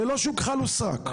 ללא שום כחל וסרק,